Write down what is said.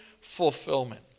fulfillment